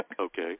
Okay